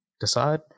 decide